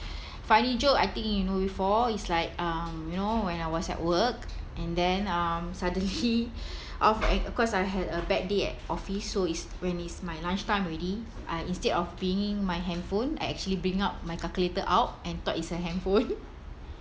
funny joke I think you know before it's like um you know when I was at work and then um suddenly out ac~ cause I had a bad day at office so it's when it's my lunch time already I instead of bringing my handphone I actually bring out my calculator out and thought it's a handphone